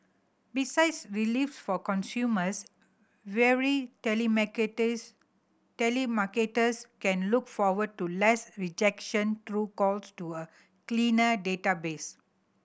besides reliefs for consumers weary telemarketers can look forward to less rejection through calls to a cleaner database